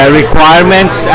requirements